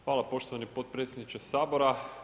Hvala poštovani potpredsjedniče Sabora.